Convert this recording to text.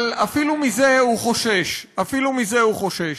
אבל אפילו מזה הוא חושש, אפילו מזה הוא חושש.